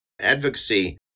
advocacy